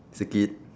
it's a kid